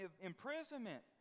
imprisonment